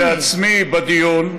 להתערב בעצמי בדיון.